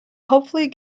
hopefully